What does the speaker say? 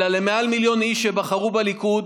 אלא למען מיליון איש שבחרו בליכוד,